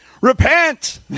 Repent